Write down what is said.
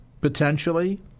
potentially